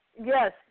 Yes